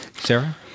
Sarah